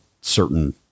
certain